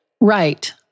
Right